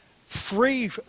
free